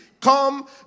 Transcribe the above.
Come